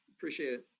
appreciate it,